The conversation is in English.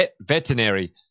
veterinary